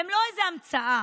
הם לא איזו המצאה,